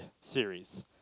series